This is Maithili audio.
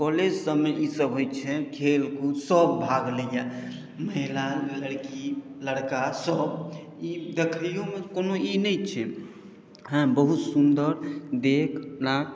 कॉलेज सबमे ई सब होइत छै खेल कूद सब भाग लैया महिला लड़की लड़का सब ई देखैयोमे कओनो ई नहि छै हँ बहुत सुन्दर देखि राख